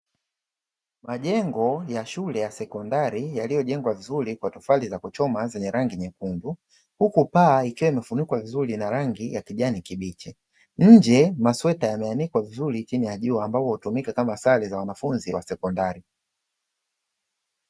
Majengo ya shule ya sekondari, yaliyojengwa vizuri kwa tofali za kuchoma zenye rangi nyekundu, huku paa ikiwa imefunikwa vizuri na rangi ya kijani kibichi. Nje masweta yameanikwa vizuri chini ya jua, ambayo hutumika kama sare za wanafunzi wa sekondari.